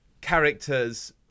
characters